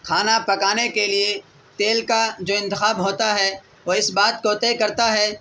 کھانا پکانے کے لیے تیل کا جو انتخاب ہوتا ہے وہ اس بات کو طے کرتا ہے